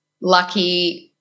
lucky